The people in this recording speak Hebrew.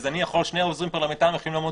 אז עכשיו שני עוזרים פרלמנטריים ילכו לעמוד